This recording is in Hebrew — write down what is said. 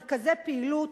מרכזי פעילות,